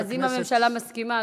אז אם הממשלה מסכימה,